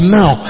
now